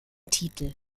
titel